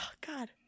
God